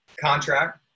contract